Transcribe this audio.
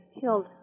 killed